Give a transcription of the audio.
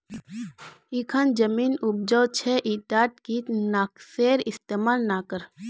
इखन जमीन उपजाऊ छ ईटात कीट नाशकेर इस्तमाल ना कर